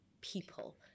people